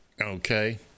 okay